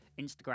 instagram